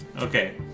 Okay